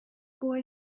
boy